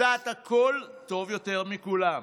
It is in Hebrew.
יודעת הכול טוב יותר מכולם,